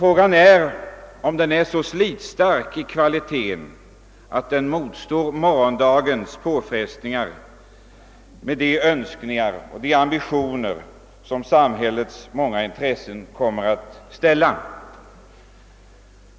Frågan är dock om denna helhetsbild är så slitstark att den motstår morgondagens påfrestningar med de önskningar och ambitioner som samhällets många intressen kommer att aktualisera.